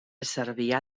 cervià